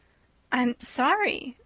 i'm sorry,